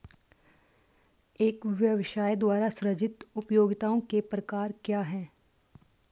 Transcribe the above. एक व्यवसाय द्वारा सृजित उपयोगिताओं के प्रकार क्या हैं?